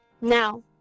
Now